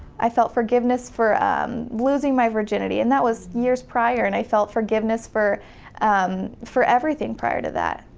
i felt forgiveness for um losing my virginity, and that was years prior, and i felt forgiveness for um for everything prior to that.